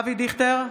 אבי דיכטר,